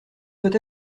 peut